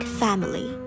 family